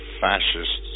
fascists